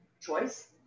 choice